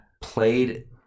played